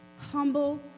humble